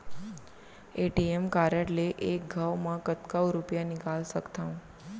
ATM card ले एक घव म कतका रुपिया निकाल सकथव?